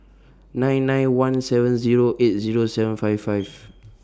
nine nine one seven Zero eight Zero seven five five